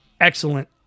Excellent